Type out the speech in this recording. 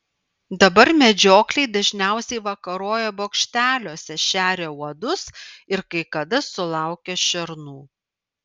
dabar medžiokliai dažniausiai vakaroja bokšteliuose šeria uodus ir kai kada sulaukia šernų